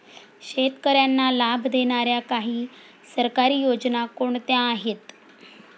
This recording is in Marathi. शेतकऱ्यांना लाभ देणाऱ्या काही सरकारी योजना कोणत्या आहेत?